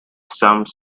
some